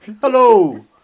Hello